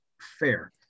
fair